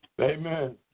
Amen